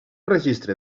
registre